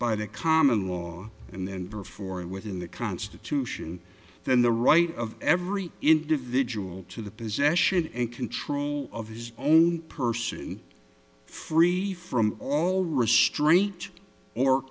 by the common law and then ver four and within the constitution then the right of every individual to the possession and control of his own person free from all restraint or